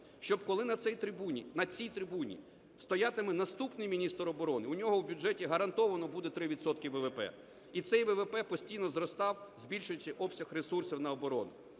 щоб, коли на цій трибуні стоятиме наступний міністр оборони, у нього в бюджеті гарантовано було 3 відсотки ВВП і цей ВВП постійно зростав, збільшуючи обсяг ресурсів на оборону.